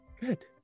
Good